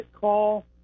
call